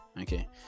okay